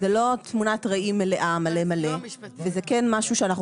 זה לא תמונת ראי מלאה מלא מלא וזה כן משהו שאנחנו